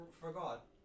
forgot